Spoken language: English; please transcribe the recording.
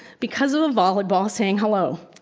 because of a volleyball saying hello.